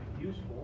useful